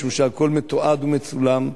משום שהכול מתועד ומצולם,